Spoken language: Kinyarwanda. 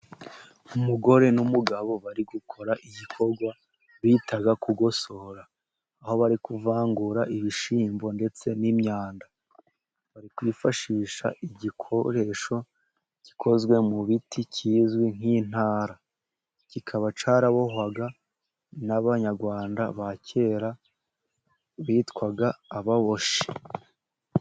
Umugore n'umugabo bari gukora igikorwa bita kugosora, aho bari kuvangura ibishyimbo ndetse n'imyanda, bari kwifashisha igikoresho gikozwe mu biti kizwi nk'intara, kikaba cyarabohwaga n'abanyarwanda ba kera bitwaga ababoshyi.